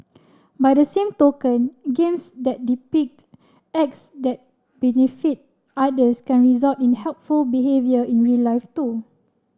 by the same token games that depict acts that benefit others can result in helpful behaviour in real life too